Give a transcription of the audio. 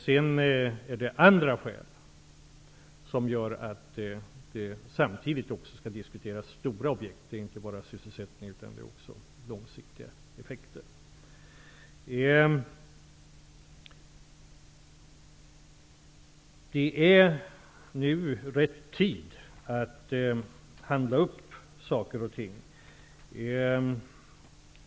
Sedan är det andra skäl som gör att de stora objekten måste diskuteras samtidigt, för de ger långsiktiga sysselsättningseffekter. Det är nu rätt tid att handla upp saker och ting.